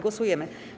Głosujemy.